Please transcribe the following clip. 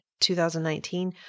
2019